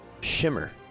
Shimmer